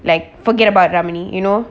like forget about ramley you know